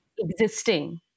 Existing